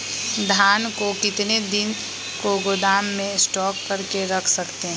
धान को कितने दिन को गोदाम में स्टॉक करके रख सकते हैँ?